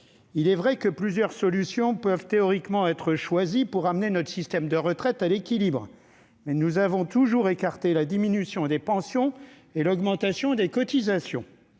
Il est vrai que plusieurs solutions peuvent théoriquement être choisies pour ramener notre système de retraite à l'équilibre, mais nous avons toujours écarté la diminution des pensions et l'augmentation des cotisations